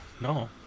no